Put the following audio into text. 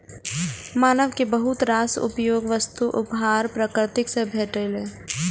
मानव कें बहुत रास उपयोगी वस्तुक उपहार प्रकृति सं भेटलैए